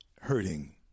hurting